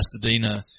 Pasadena